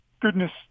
goodness